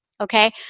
okay